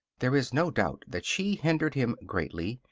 there is no doubt that she hindered him greatly,